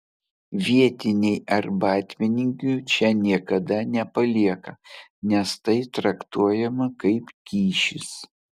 vietiniai arbatpinigių čia niekada nepalieka nes tai traktuojama kaip kyšis